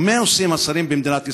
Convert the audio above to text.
ומה עושים השרים במדינת ישראל?